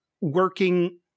working